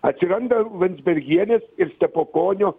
atsiranda landsbergienės ir stepukonio